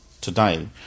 today